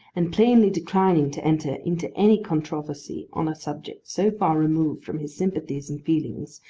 and plainly declining to enter into any controversy on a subject so far removed from his sympathies and feelings,